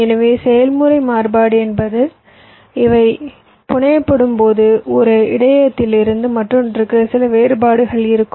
எனவே செயல்முறை மாறுபாடு என்பது இவை புனையப்படும்போது ஒரு இடையகத்திலிருந்து மற்றொன்றுக்கு சில வேறுபாடுகள் இருக்கும்